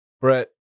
Brett